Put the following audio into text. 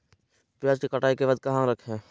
प्याज के कटाई के बाद कहा रखें?